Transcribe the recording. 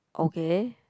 okay